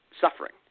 suffering